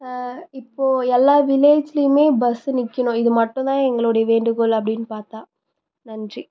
இப்போது எல்லாம் வில்லேஜ்லையுமே பஸ்ஸு நிற்கணும் இது மட்டும் தான் எங்களுடைய வேண்டுகோள் அப்படினு பார்த்தா நன்றி